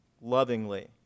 lovingly